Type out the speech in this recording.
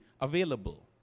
available